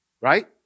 right